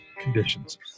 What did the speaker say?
conditions